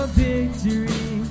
victory